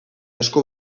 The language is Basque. esku